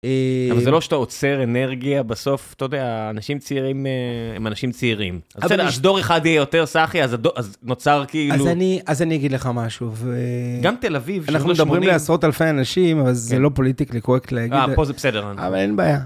אבל זה לא שאתה עוצר אנרגיה בסוף, אתה יודע, אנשים צעירים הם אנשים צעירים. אז אם יש דור אחד יהיה יותר סאחי, אז נוצר כאילו... אז אני אגיד לך משהו. גם תל אביב. אנחנו מדברים לעשרות אלפי אנשים, אבל זה לא פוליטיקלי קורקטלי. פה זה בסדר. אבל אין בעיה.